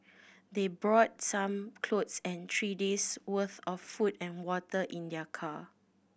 they brought some clothes and three days' worth of food and water in their car